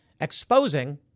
exposing